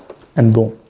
and boom.